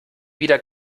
wieder